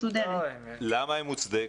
למה היא מוצדקת?